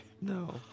No